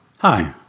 Hi